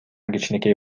кичинекей